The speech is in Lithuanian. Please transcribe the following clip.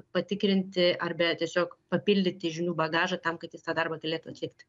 patikrinti ar be tiesiog papildyti žinių bagažą tam kad jis tą darbą galėtų atlikt